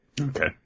Okay